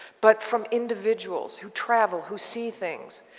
but from individuals who travel, who see things.